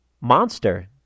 monster